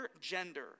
gender